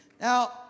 now